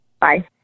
Bye